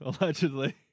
allegedly